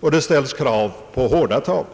och att det ställs krav på hårda tag.